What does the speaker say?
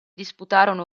disputarono